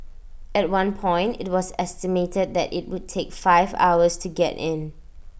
at one point IT was estimated that IT would take five hours to get in